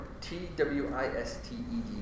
T-W-I-S-T-E-D